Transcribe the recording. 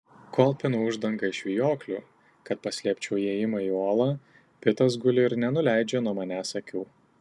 kol pinu uždangą iš vijoklių kad paslėpčiau įėjimą į olą pitas guli ir nenuleidžia nuo manęs akių